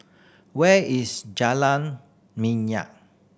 where is Jalan Minyak